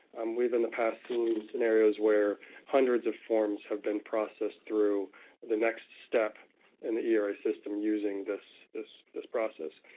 um we've in the past two scenarios where hundreds of forms have been processed through the next step in the era system using this this process.